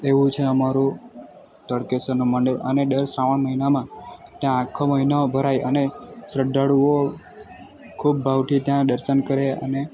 એવું છે અમારું તડકેશ્વરનું મંદિર અને દર શ્રાવણ મહિનામાં ત્યાં આખો મહિનો ભરાય અને શ્રદ્ધાળુઓ ખૂબ ભાવથી ત્યાં દર્શન કરે અને